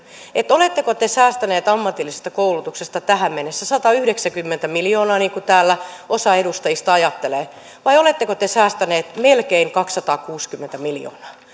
oletteko te säästäneet ammatillisesta koulutuksesta tähän mennessä satayhdeksänkymmentä miljoonaa niin kuin täällä osa edustajista ajattelee vai oletteko te säästäneet melkein kaksisataakuusikymmentä miljoonaa